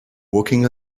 walking